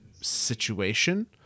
situation